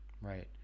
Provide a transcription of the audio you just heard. Right